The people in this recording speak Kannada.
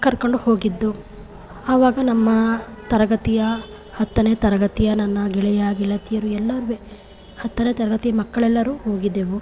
ಕರ್ಕೊಂಡು ಹೋಗಿದ್ದು ಅವಾಗ ನಮ್ಮ ತರಗತಿಯ ಹತ್ತನೇ ತರಗತಿಯ ನನ್ನ ಗೆಳೆಯ ಗೆಳತಿಯರು ಎಲ್ಲರೂ ಹತ್ತನೇ ತರಗತಿಯ ಮಕ್ಕಳೆಲ್ಲರೂ ಹೋಗಿದ್ದೆವು